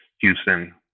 Houston